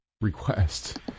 request